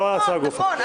נכון,